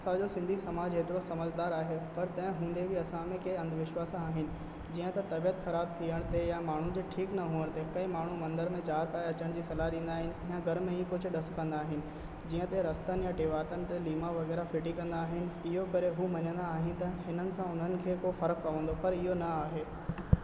असांजो सिंधी समाज हेतिरो समझदारु आहे पर तंहिं हूंदे बि असां में कंहिं अंधविश्वास आहिनि जीअं त तबियत ख़राब थियण त या माण्हू जे ठीक न हुजण ते कई माण्हू मंदर में ज़ाति अचण जी सलाह ॾींदा आहिनि या घर में ई कुझु ॾस कंदा आहिनि जीअं त रस्तनि या टिवातनि ते लीमा वग़ैरह फिटी कंदा आहिनि इहो पर उहे मञंदा आहिनि त हिननि सां उन्हनि खे को फर्क़ु पवंदो पर इहो न आहे